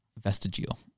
Vestigial